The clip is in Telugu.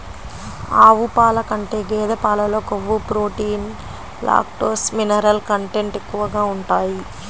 ఆవు పాల కంటే గేదె పాలలో కొవ్వు, ప్రోటీన్, లాక్టోస్, మినరల్ కంటెంట్ ఎక్కువగా ఉంటాయి